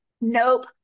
nope